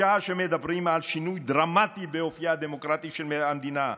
בשעה שמדברים על שינוי דרמטי באופייה הדמוקרטי של המדינה,